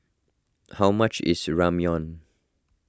how much is Ramyeon